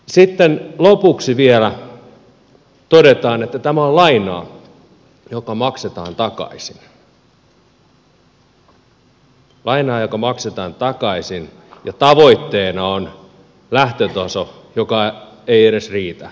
sitten lopuksi vielä todetaan että tämä on lainaa joka maksetaan takaisin lainaa joka maksetaan takaisin ja tavoitteena on lähtötaso joka ei edes riitä